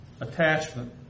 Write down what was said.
attachment